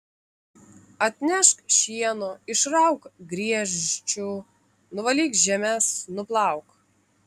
atnešk šieno išrauk griežčių nuvalyk žemes nuplauk